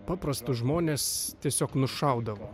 paprastus žmones tiesiog nušaudavo